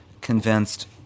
convinced